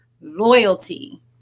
loyalty